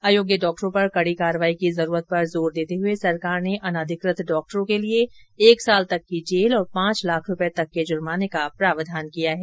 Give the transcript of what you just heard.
अयोग्य डॉक्टरों पर कड़ी कार्रवाई की जरूरत पर जोर देते हुए सरकार ने अनधिकृत डॉक्टरों के लिए एक वर्ष तक की जेल और पांच लाख तक के जुर्मोने का प्रावधान किया है